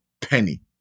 penny